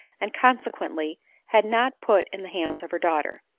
and consequendy had not put in the hands of her daughter.